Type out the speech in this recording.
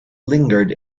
lingered